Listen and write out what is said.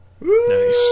Nice